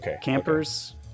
campers